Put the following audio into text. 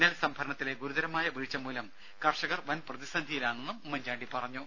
നെൽ സംഭരണത്തിലെ ഗുരുതരമായ വീഴ്ചമൂലം കർഷകർ വൻപ്രതിസന്ധിയിലായെന്നും ഉമ്മൻചാണ്ടി പറഞ്ഞു